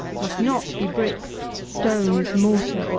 must not be bricks, stones, mortar,